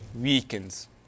weakens